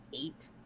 eight